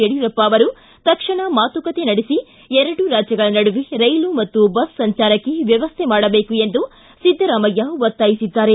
ಯಡಿಯೂರಪ್ಪ ಅವರು ತಕ್ಷಣ ಮಾತುಕತೆ ನಡೆಸಿ ಎರಡು ರಾಜ್ಯಗಳ ನಡುವೆ ರೈಲು ಬಸ್ ಸಂಚಾರಕ್ಕೆ ವ್ಯವಸ್ಥೆ ಮಾಡಬೇಕು ಎಂದು ಸಿದ್ದರಾಮಯ್ಯ ಒತ್ತಾಯಿಸಿದ್ದಾರೆ